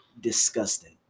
disgusting